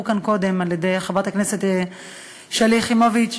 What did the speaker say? כאן קודם על-ידי חברת הכנסת שלי יחימוביץ,